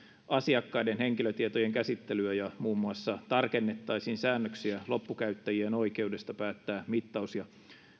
asiakkaiden henkilötietojen käsittelyä ja muun muassa tarkennettaisiin säännöksiä loppukäyttäjien oikeudesta päättää mittaus ja